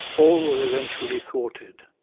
all were eventually thwarted.